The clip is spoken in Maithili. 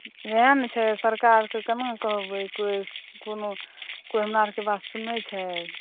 वएह ने छै सरकारके कोना कहबै कोई हमर आरके बात सुनै छै